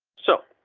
so.